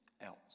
else